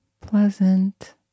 Pleasant